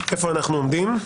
איפה אנחנו עומדים?